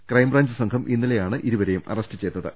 crime branch സംഘം ഇന്നലെയാണ് ഇരുവ രെയും അറസ്റ്റ് ചെയ്തത്